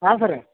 ಹಾಂ ಸರ್